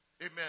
Amen